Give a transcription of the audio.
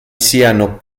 siano